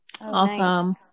Awesome